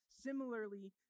Similarly